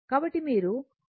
0014 farad ఇవ్వబడింది